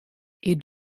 est